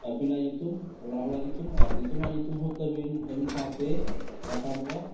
ᱟᱹᱵᱤᱱᱟᱜ ᱧᱩᱛᱩᱢ ᱚᱲᱟᱜ ᱦᱚᱲᱟᱜ ᱧᱩᱛᱩᱢ ᱟᱨ ᱫᱤᱥᱚᱢᱟᱜ ᱟᱜ ᱧᱩᱛᱩᱢ ᱦᱚᱸ ᱛᱟᱹᱵᱤᱱ ᱟᱵᱤᱱ ᱥᱟᱶᱛᱮ ᱨᱟᱠᱟᱵᱚᱜᱼᱟ